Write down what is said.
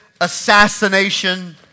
assassination